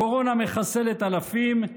הקורונה מחסלת אלפים,